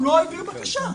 הוא לא העביר בקשה.